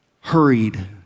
hurried